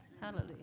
Hallelujah